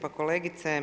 Pa kolegice